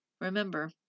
remember